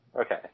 Okay